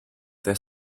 their